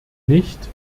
nicht